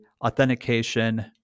authentication